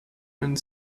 and